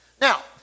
Now